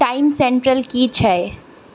time central की छैक